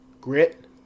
grit